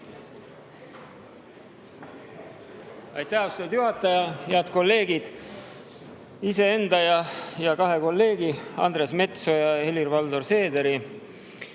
Aitäh, austatud juhataja! Head kolleegid! Iseenda ja kahe kolleegi, Andres Metsoja ja Helir-Valdor Seederi